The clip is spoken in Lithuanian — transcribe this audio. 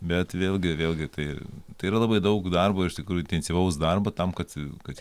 bet vėlgi vėlgi tai ir tai yra labai daug darbo iš tikrųjų intensyvaus darbo tam kad kad